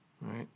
Right